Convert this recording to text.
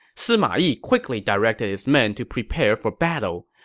sima yi quickly directed his men to prepare for battle.